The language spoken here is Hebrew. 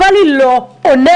אבל היא לא עונה.